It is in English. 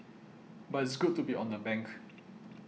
but it's good to be on the bank